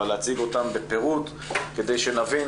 אבל להציג אותם בפירוט כדי שנבין